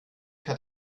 hat